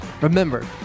Remember